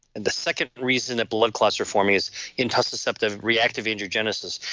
and the second reason that blood clots were forming is intussusceptive reactive angiogenesis.